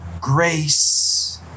grace